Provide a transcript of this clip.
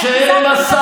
חיזקתם את החמאס.